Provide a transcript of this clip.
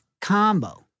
combo